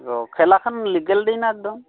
অ' খেলাখন লিগেল দিয়ে না একদম